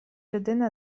людина